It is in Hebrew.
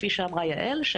כפי שאמרה יעל,